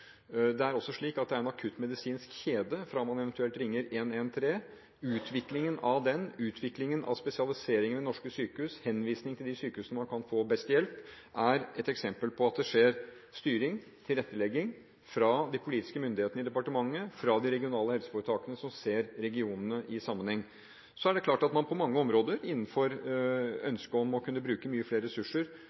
Det er også slik at det er en akuttmedisinsk kjede fra man eventuelt ringer 113. Utviklingen av den, utviklingen av spesialiseringen ved norske sykehus, og henvisning til de sykehusene man kan få best hjelp, er eksempel på at det skjer styring og tilrettelegging fra de politiske myndighetene i departementet og fra de regionale helseforetakene som ser regionene i sammenheng. Så er det klart at man på mange områder innenfor ønsket om å kunne bruke flere ressurser,